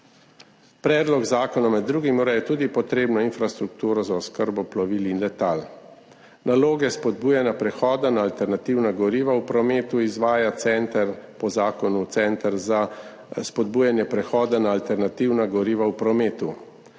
Predlog zakona med drugim ureja tudi potrebno infrastrukturo za oskrbo plovil in letal. Naloge spodbujanja prehoda na alternativna goriva v prometu izvaja po zakonu center za spodbujanje prehoda na alternativna goriva v prometu.